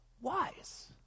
wise